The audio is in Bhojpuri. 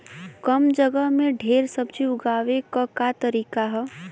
कम जगह में ढेर सब्जी उगावे क का तरीका ह?